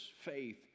faith